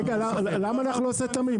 למה אנחנו השה תמים?